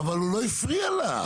אבל הוא לא הפריע לך.